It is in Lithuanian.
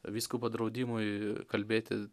vyskupo draudimui kalbėti